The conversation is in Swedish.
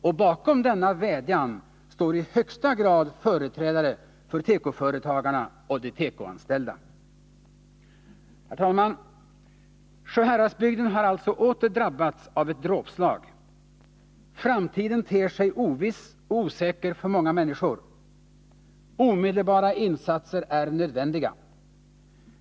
Och bakom denna vädjan står i högsta grad företrädare för tekoföretagarna och de tekoanställda! Herr talman! Sjuhäradsbygden har alltså åter drabbats av ett dråpslag. Framtiden ter sig oviss och osäker för många människor. Omedelbara insatser är nödvändiga.